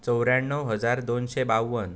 चवऱ्याण्णव हजार दोनशे बाव्वन